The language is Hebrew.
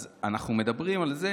אז אנחנו מדברים על זה